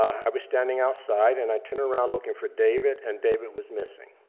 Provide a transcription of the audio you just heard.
i was standing outside and i turned around, looking for david and david was missing.